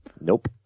Nope